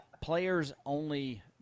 players-only